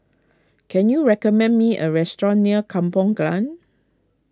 can you recommend me a restaurant near Kampong Glam